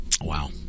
Wow